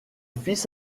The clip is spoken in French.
fils